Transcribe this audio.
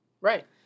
Right